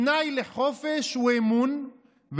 תנאי לחופש הוא אמון,